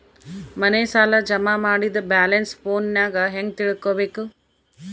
ಮನೆ ಸಾಲ ಜಮಾ ಮಾಡಿದ ಬ್ಯಾಲೆನ್ಸ್ ಫೋನಿನಾಗ ಹೆಂಗ ತಿಳೇಬೇಕು?